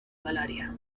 malaria